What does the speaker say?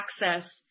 access